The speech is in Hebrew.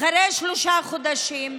אחרי שלושה חודשים,